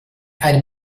einem